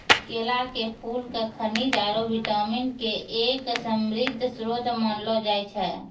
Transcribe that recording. केला के फूल क खनिज आरो विटामिन के एक समृद्ध श्रोत मानलो जाय छै